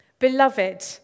Beloved